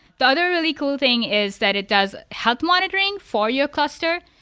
the other really cool thing is that it does health monitoring for your cluster.